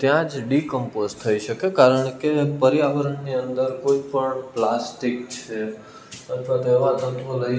ત્યાં જ ડીકમ્પોઝ થઈ શકે કારણ કે પર્યાવરણની અંદર કોઈપણ પ્લાસ્ટિક છે અથવા તો એવા તત્વો લઈ જવાના નહી